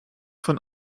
von